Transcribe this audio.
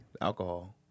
alcohol